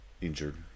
injured